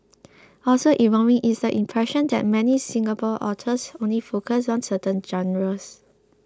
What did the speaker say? also evolving is the impression that many Singapore authors only focus on certain genres